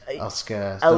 Oscar